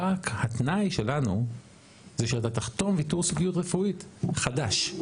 רק התנאי שלנו זה שאתה תחתום ויתור סודיות רפואית חדש,